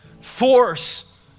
force